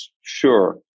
sure